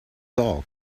dog